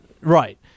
Right